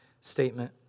statement